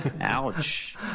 ouch